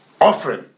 Offering